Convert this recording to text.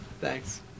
Thanks